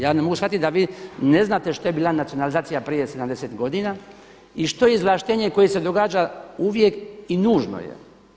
Ja ne mogu shvatiti da vi ne znate što je bila nacionalizacija prije 70 godina i što je izvlaštenje koje se događa uvijek i nužno je.